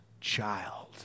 child